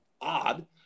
odd